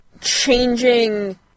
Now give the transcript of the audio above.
changing